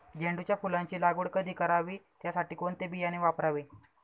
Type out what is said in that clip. झेंडूच्या फुलांची लागवड कधी करावी? त्यासाठी कोणते बियाणे वापरावे?